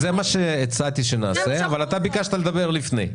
זה מה שהצעתי שנעשה אבל אתה ביקשת לדבר לפני.